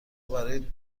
برای